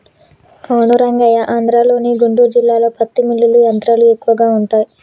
అవును రంగయ్య ఆంధ్రలోని గుంటూరు జిల్లాలో పత్తి మిల్లులు యంత్రాలు ఎక్కువగా ఉంటాయి